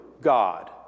God